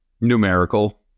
Numerical